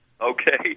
Okay